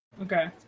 Okay